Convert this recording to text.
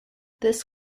this